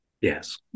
Yes